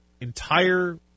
entire